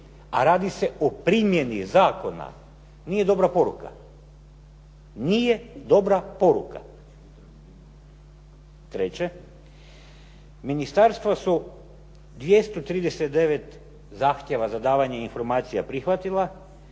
a radi se o primjeni zakona, nije dobra poruka, nije dobra poruka. Treće, ministarstvo su 239 zahtjeva za davanje informacija prihvatila,